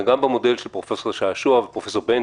וגם במודל של פרופ' שעשוע ופרופ' בנטואיץ',